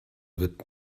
wird